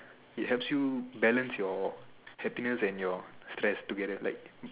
it helps you balance your happiness and your stress together like